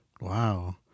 Wow